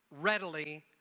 readily